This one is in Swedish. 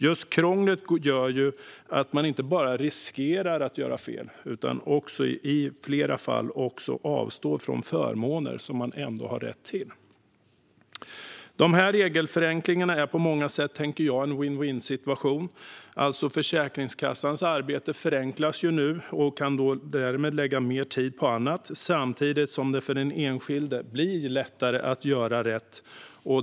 Just krånglet gör inte bara att man riskerar att göra fel utan också i flera fall att man avstår från förmåner som man har rätt till. Dessa regelförenklingar är på många sätt en vinn-vinnsituation. Försäkringskassans arbete förenklas nu, och därmed kan mer tid läggas på annat, samtidigt som det för den enskilde blir lättare att göra rätt.